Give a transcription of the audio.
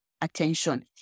Attention